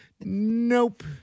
nope